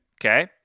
Okay